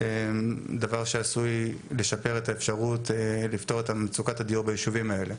דבר שעשוי לשפר את האפשרות לפתור את מצוקת הדיור ביישובים האלה.